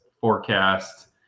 forecast